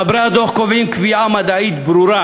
מחברי הדוח קובעים קביעה מדעית ברורה,